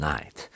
Night